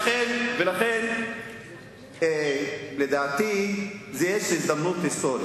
ולכן, לדעתי, יש הזדמנות היסטורית,